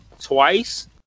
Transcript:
twice